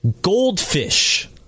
goldfish